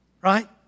Right